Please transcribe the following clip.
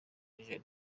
niger